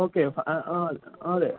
okay ആ ആ അതെ